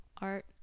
art